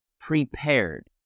Prepared